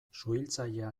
suhiltzailea